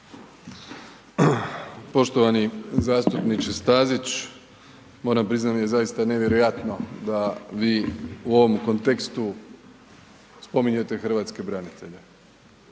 Poštovani zastupniče Stazić. Moram priznati da mi je zaista nevjerojatno da vi u ovom kontekstu spominjete hrvatske branitelje.